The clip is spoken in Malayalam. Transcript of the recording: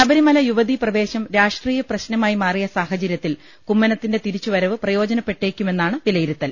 ശബരിമല യുവതീ പ്രവേശം രാഷ്ട്രീയ പ്രശ്ന മായി മാറിയ സാഹചര്യത്തിൽ കുമ്മനത്തിന്റെ തിരിച്ചുവരവ് പ്രയോജന പ്പെട്ടേക്കുമെന്നാണ് വിലയിരുത്തൽ